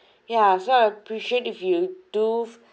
yeah so I'll appreciate if you do